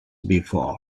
before